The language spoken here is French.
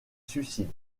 suicide